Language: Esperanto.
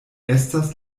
estas